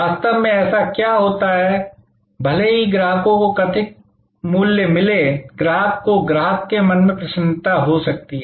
वास्तव में ऐसा क्या होता है भले ही ग्राहकों को कथित मूल्य मिले ग्राहक को ग्राहक के मन में प्रसन्नता हो सकती है